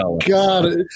God